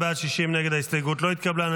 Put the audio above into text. הסתייגות 44 לא נתקבלה.